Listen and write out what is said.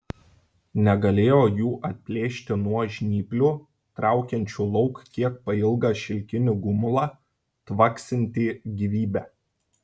negalėjo jų atplėšti nuo žnyplių traukiančių lauk kiek pailgą šilkinį gumulą tvaksintį gyvybe